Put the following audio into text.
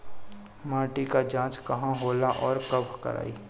माटी क जांच कहाँ होला अउर कब कराई?